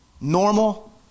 normal